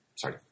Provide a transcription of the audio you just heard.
sorry